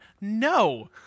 no